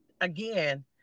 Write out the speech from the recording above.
again